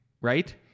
Right